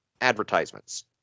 advertisements